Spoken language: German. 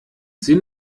sie